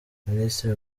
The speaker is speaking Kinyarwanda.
minisitiri